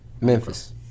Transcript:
Memphis